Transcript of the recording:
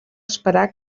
esperar